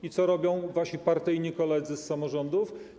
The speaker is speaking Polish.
I co robią wasi partyjni koledzy z samorządów?